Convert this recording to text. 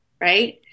right